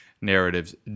narratives